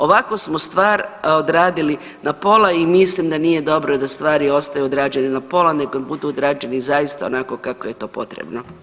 Ovako smo stvar odradili na pola i mislim da nije dobro da stvari ostaju odrađene na pola nego im budu odrađeni zaista onako kako je to potrebno.